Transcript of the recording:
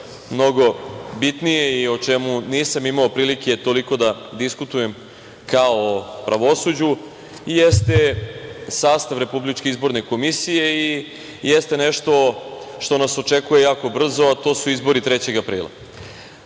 mnogo bitnije i o čemu nisam imao prilike toliko da diskutujem kao o pravosuđu, jeste sastav RIK i jeste nešto što nas očekuje jako brzo, a to su izbori 3. aprila. Mislim